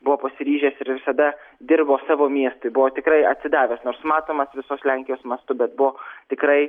buvo pasiryžęs ir visada dirbo savo miestui buvo tikrai atsidavęs nors matomas visos lenkijos mastu bet buvo tikrai